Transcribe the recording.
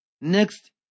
Next